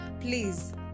please